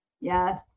Yes